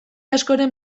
askoren